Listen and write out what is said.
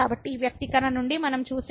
కాబట్టి ఈ వ్యక్తీకరణ నుండి మనం చూసేది ఏమిటి